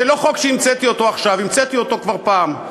זה לא חוק שהמצאתי עכשיו, המצאתי אותו כבר פעם.